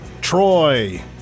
Troy